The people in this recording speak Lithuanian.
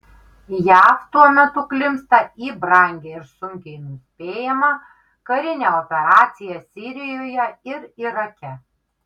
jav tuo metu klimpsta į brangią ir sunkiai nuspėjamą karinę operaciją sirijoje ir irake